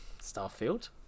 Starfield